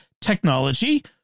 technology